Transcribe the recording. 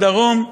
בדרום,